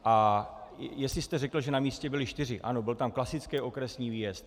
A jestli jste řekl, že na místě byli čtyři, ano, byl tam klasický okresní výjezd.